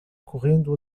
correndo